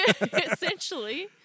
essentially